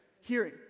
hearing